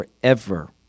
forever